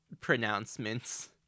pronouncements